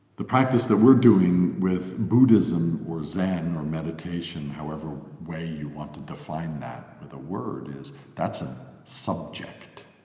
the practice that we're doing with buddhism, or zen, or meditation however way you want to define that with a word is that's a subject-practice.